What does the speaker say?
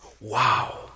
Wow